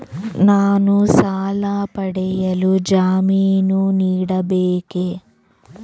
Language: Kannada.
ನಾನು ಸಾಲ ಪಡೆಯಲು ಜಾಮೀನು ನೀಡಬೇಕೇ?